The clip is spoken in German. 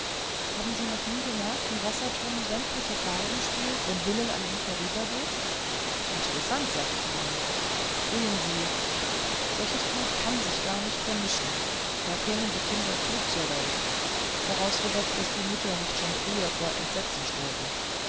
haben sie noch nie bemerkt wie wassertrum sämtliche farben spielt wenn hillel an ihm vorübergeht interessant sag ich ihnen sehen sie solches blut kann sich gar nicht vermischen da kamen die kinder tot zur welt vorausgesetzt daß die mütter nicht schon früher vor entsetzen